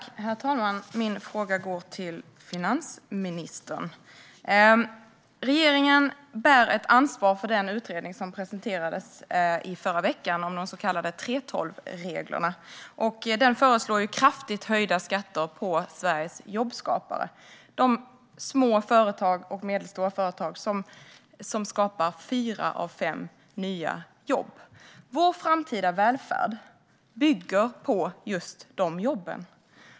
Herr talman! Min fråga går till finansministern. Regeringen bär ett ansvar för den utredning som presenterades förra veckan om de så kallade 3:12-reglerna. Den föreslår kraftigt höjda skatter på Sveriges jobbskapare, de små och medelstora företag som skapar fyra av fem nya jobb. Vår framtida välfärd bygger på just de jobben.